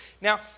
Now